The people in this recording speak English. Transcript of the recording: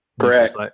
Correct